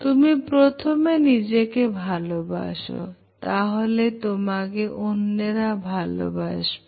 তুমি প্রথমে নিজেকে ভালোবাসো তাহলে তোমাকে অন্যেরা ভালবাসবে